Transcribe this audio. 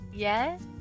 Yes